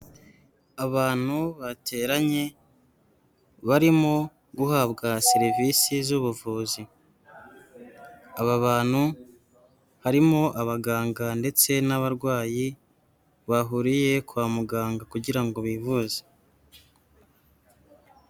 Abantu bateranye barimo guhabwa serivisi z'ubuvuzi, aba bantu harimo abaganga ndetse n'abarwayi bahuriye kwa muganga kugira ngo bivuze.